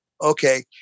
okay